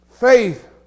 Faith